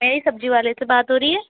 میری سبزی والے سے بات ہو رہی ہے